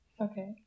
okay